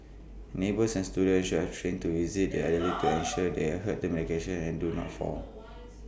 neighbours and students could be trained to visit the elderly to ensure they adhere to medication and do not fall